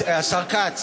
השר כץ,